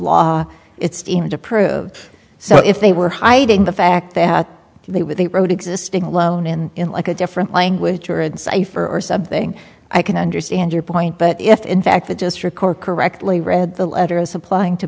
law it's deemed approved so if they were hiding the fact that they were they wrote existing alone and in like a different language or in say for subduing i can understand your point but if in fact that just record correctly read the letter is applying to